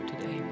today